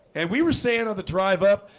and we were saying on the drive up.